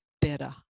better